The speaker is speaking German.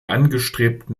angestrebten